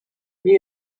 nie